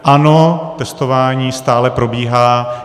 Ano, testování stále probíhá.